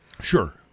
Sure